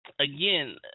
Again